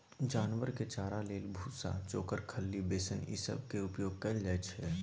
जानवर के चारा लेल भुस्सा, चोकर, खल्ली, बेसन ई सब केर उपयोग कएल जाइ छै